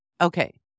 Okay